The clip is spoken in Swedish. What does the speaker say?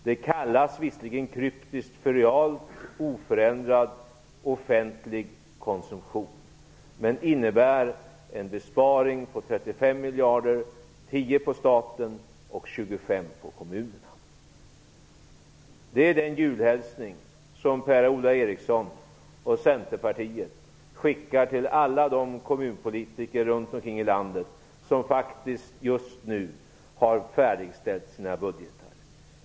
Det kallas visserligen kryptiskt realt oförändrad offentlig konsumtion men innebär en besparing på 35 miljarder kronor, 10 på staten och 25 på kommunerna. Det är den julhälsning som Per-Ola Eriksson och Centerpartiet skickar till alla de kommunpolitiker runt om i landet som just nu har färdigställt sina budgetar.